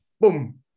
Boom